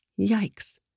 Yikes